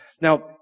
Now